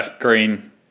Green